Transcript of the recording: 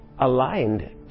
aligned